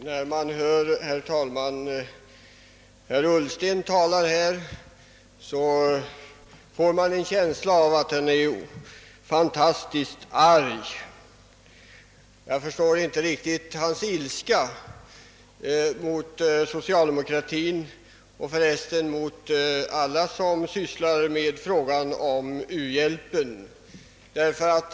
Herr talman! När man hör herr Ullsten tala får man en känsla av att han är fantastiskt arg. Jag förstår inte riktigt hans ilska mot socialdemokratin och för övrigt mot alla som sysslar med frågan om u-hjälpen.